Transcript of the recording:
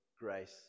grace